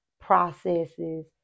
processes